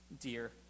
dear